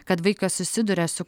kad vaikas susiduria su